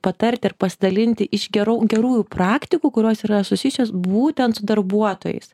patarti ir pasidalinti iš gerų gerųjų praktikų kurios yra susijusios būtent su darbuotojais